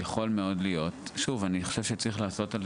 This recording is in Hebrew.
יכול מאוד להיות שוב אני חושב שצריך לעשות על זה